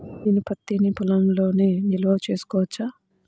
నేను పత్తి నీ పొలంలోనే నిల్వ చేసుకోవచ్చా?